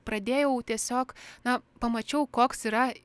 pradėjau tiesiog na pamačiau koks yra